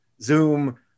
Zoom